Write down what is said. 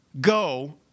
go